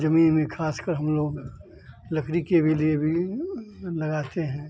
ज़मीन में ख़ासकर हम लोग लकड़ी के भी लिए भी लगाते हैं